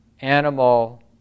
animal